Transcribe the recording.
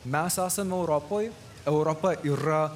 mes esam europoj europa yra